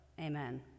amen